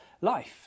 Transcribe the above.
life